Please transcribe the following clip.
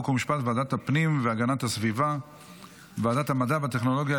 חוק ומשפט וועדת הפנים והגנת הסביבה וועדת המדע והטכנולוגיה,